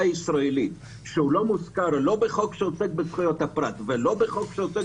הישראלית כך שהוא לא מוזכר בחוק שעוסק בזכויות הפרט ובחוק שעוסק